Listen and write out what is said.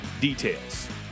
details